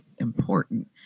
important